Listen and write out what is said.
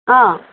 अँ